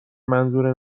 منظور